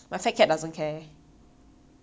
he is fat he doesn't care about anything